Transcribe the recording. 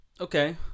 okay